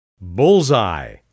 Bullseye